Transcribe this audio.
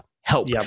help